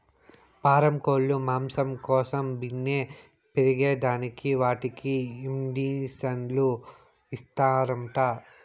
పారం కోల్లు మాంసం కోసం బిన్నే పెరగేదానికి వాటికి ఇండీసన్లు ఇస్తారంట